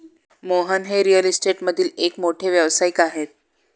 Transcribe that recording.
मोहन हे रिअल इस्टेटमधील एक मोठे व्यावसायिक आहेत